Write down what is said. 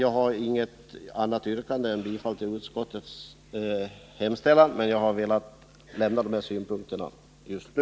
Jag har inget annat yrkande än bifall till utskottets hemställan, men jag har velat anföra de här synpunkterna just nu.